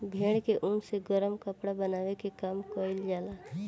भेड़ के ऊन से गरम कपड़ा बनावे के काम कईल जाला